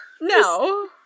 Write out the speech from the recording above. No